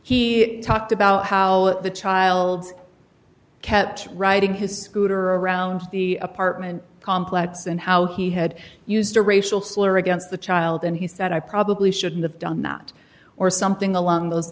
he talked about how the child kept writing his scooter around the apartment complex and how he had used a racial slur against the child and he said i probably shouldn't have done that or something along those